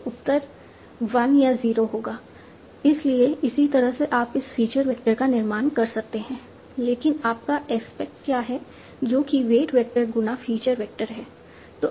तो उत्तर एक या 0 होगा इसलिए इसी तरह से आप इस फीचर वेक्टर का निर्माण कर सकते हैं लेकिन आपका एस्पेक्ट क्या है जो कि वेट वेक्टर गुणा फीचर वेक्टर है